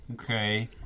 Okay